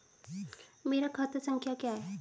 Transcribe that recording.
मेरा खाता संख्या क्या है?